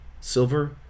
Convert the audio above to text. silver